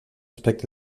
respecte